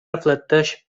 reflecteix